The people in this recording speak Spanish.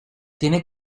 tiene